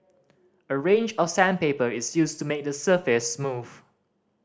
a range of sandpaper is used to make the surface smooth